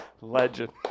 Legend